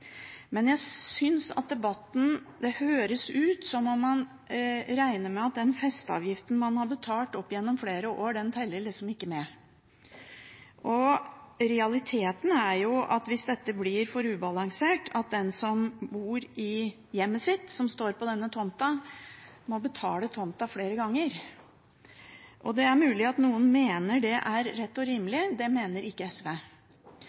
men jeg synes at det i debatten høres ut som om man regner med at den festeavgiften man har betalt opp igjennom flere år, liksom ikke teller med. Realiteten er jo at hvis dette blir for ubalansert, må den som bor i hjemmet sitt, som står på denne tomta, betale tomta flere ganger. Det er mulig at noen mener at det er rett og rimelig – det mener ikke SV.